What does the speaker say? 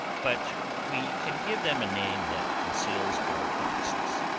but we can give them a name that conceals our helplessness.